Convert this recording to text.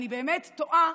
אני באמת תוהה